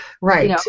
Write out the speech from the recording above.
right